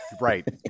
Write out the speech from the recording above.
Right